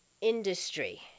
industry